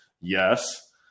Yes